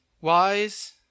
wise